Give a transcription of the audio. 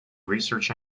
research